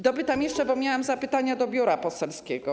Dopytam jeszcze, bo miałam zapytania do biura poselskiego.